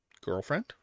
girlfriend